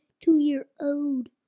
two-year-old